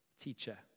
teacher